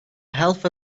half